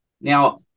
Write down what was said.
Now